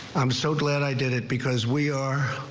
i'm so glad i did it because we are.